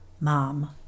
Mom